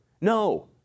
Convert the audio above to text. No